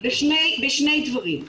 בשני דברים.